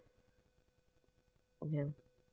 ya